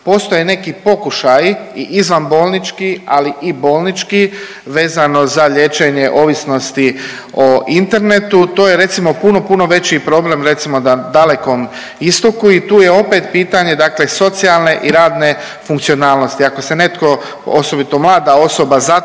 Postoje neki pokušaji i izvanbolnički, ali i bolnički vezano za liječenje ovisnosti o internetu. To je recimo puno, puno veći problem recimo dalekom istoku i tu je opet pitanje socijalne i radne funkcionalnosti. Ako se netko osobito mlada osoba zatvori